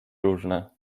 różne